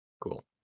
Cool